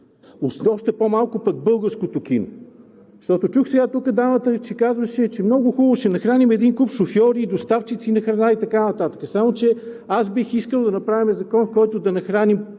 още по-малко пък българското кино. Защото чух сега тук, дамата казваше, че много хубаво – ще нахраним един куп шофьори, доставчици на храна и така нататък, само че бих искал да направим закон, с който да нахраним